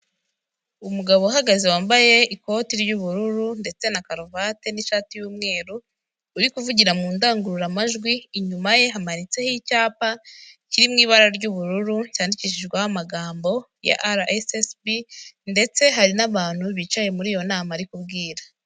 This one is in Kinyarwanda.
Umugabo uhagaze wambaye ikoti ry'ubururu ndetse na karuvati n'ishati y'umweru, uri kuvugira mu ndangururamajwi, inyuma ye hamanitseho icyapa kiri mu ibara ry'ubururu cyandikishijweho amagambo ya RSSB ndetse hari n'abantu bicaye muri iyo nama ari kubwira.